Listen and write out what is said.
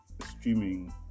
streaming